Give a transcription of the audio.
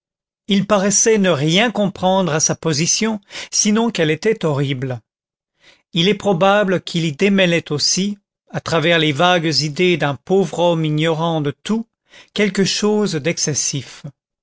il paraissait ne rien comprendre à sa position sinon qu'elle était horrible il est probable qu'il y démêlait aussi à travers les vagues idées d'un pauvre homme ignorant de tout quelque chose d'excessif